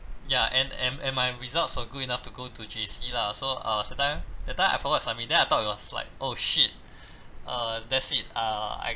ya and and and my results were good enough to go to J_C lah so uh that time that time I forgot to submit then I thought it was like oh shit uh that's it uh I